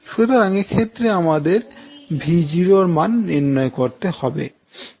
সুতরাং এক্ষেত্রে আমাদের 𝛎0 এর মান নির্ণয় করতে হবে